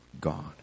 God